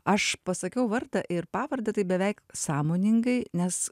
aš pasakiau vardą ir pavardę taip beveik sąmoningai nes